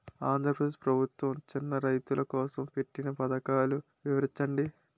ఆంధ్రప్రదేశ్ ప్రభుత్వ చిన్నా రైతుల కోసం పెట్టిన పథకాలు వివరించండి?